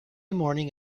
morning